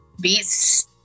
beats